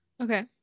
okay